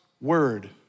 word